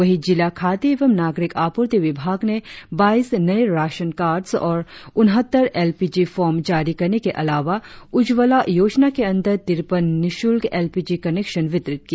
वही जिला खाद्य एवं नागरिक आपूर्ति विभाग ने बाईस नए राशन कार्डस् और उनहत्तर एल पी जी फाँर्म जारी करने के अलावा उज्जवला योजना के अंदर तिरपन निश्रल्क एल पी जी कनेक्षान वितरित किया